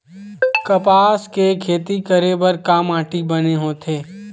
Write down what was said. कपास के खेती करे बर का माटी बने होथे?